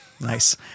nice